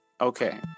okay